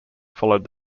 followed